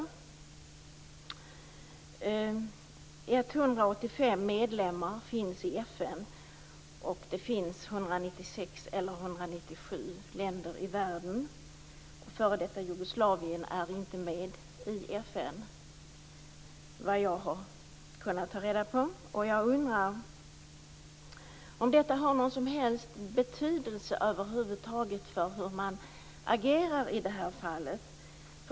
Det finns 185 medlemmar i FN, och det finns 197 länder i världen. F.d. Jugoslavien är inte med i FN, såvitt jag har kunnat ta reda på. Jag undrar om detta har någon som helst betydelse för hur man agerar i det här fallet.